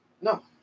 no